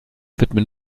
widmen